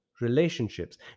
relationships